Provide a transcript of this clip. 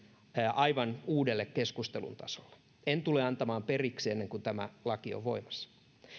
aivan uudelle keskustelun tasolle en tule antamaan periksi ennen kuin tämä laki on voimassa